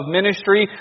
ministry